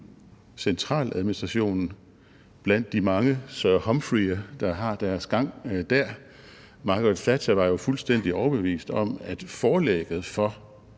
centraladministrationen blandt de mange Sir Humphreyer, der har deres gang dér. Margaret Thatcher var jo fuldstændig overbevist om, at forlægget for